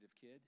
kid